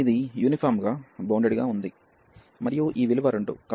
ఇది యూనిఫామ్ గా బౌండెడ్ గా ఉంది మరియు ఈ విలువ 2